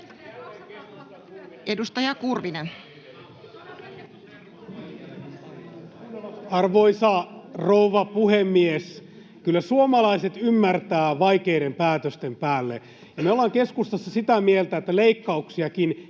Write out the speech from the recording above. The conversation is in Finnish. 16:14 Content: Arvoisa rouva puhemies! Kyllä suomalaiset ymmärtävät vaikeiden päätösten päälle, ja me ollaan keskustassa sitä mieltä, että leikkauksiakin